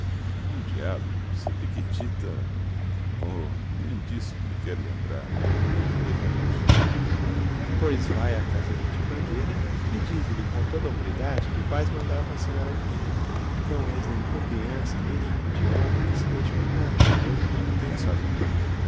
o diabo se a pequetita oh nem disso me quero lembrar eu teria remorso toda a vida pois vai à casa do tio bandeira e dize-lhe com toda a ombridade que vais mandar vacinar a menina não és nenhuma criança nem nenhum idiota que se deixe governar pelos outros tens razão